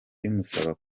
bimusaba